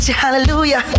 hallelujah